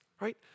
Right